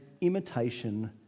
imitation